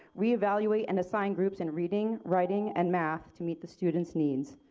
reevaluate and assign groups in reading, writing and math to meet the student's needs.